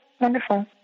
wonderful